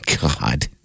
God